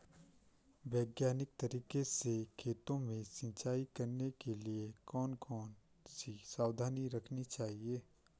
वैज्ञानिक तरीके से खेतों में सिंचाई करने के लिए कौन कौन सी सावधानी रखनी चाहिए?